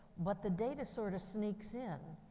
but the data sort of sneaks in,